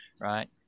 Right